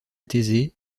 thésée